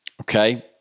Okay